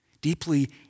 deeply